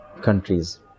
countries